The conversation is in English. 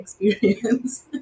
experience